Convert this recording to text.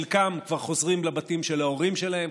חלקם כבר חוזרים לבתים של ההורים שלהם,